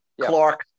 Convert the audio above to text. Clark